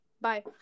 Bye